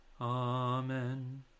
Amen